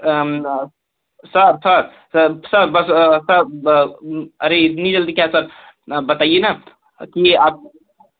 sir sir sir sir बस sir अर्रे इतनी जल्दी क्या सर बताइए न कि आप